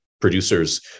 producers